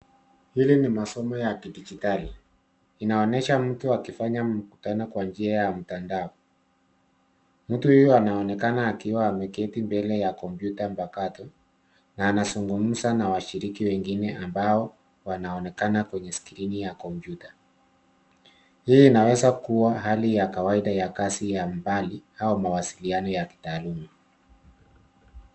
Hili mi masomo ya kidijitali. Inaonyesha mtu akifanya mkutano kwa njia ya mtandao. Mtu huyu anaonekana akiwa ameketi mbele ya kompyuta mpakato na anazungumza na washiriki wengine ambao wanaonekana kwenye skrini ya kompyuta. Hii inaweza kuwa hali ya kawaida ya kazi ya mbali au mawasiliano wa kitaaluma.